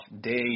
day